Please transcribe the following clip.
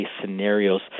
scenarios